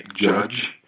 judge